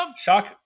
Shock